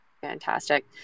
Fantastic